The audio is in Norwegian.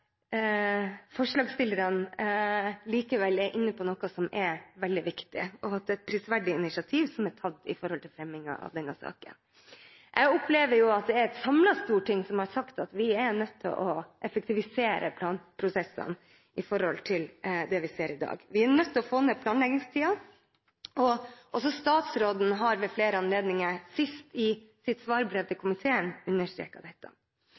forslagsstillerne likevel er inne på noe som er veldig viktig, og at det er et prisverdig initiativ som er tatt ved fremming av denne saken. Jeg opplever at det er et samlet storting som har sagt at vi er nødt til å effektivisere planprosessene i forhold til det vi ser i dag. Vi er nødt til å få ned planleggingstiden. Statsråden har også ved flere anledninger, sist i sitt svarbrev til komiteen, understreket dette.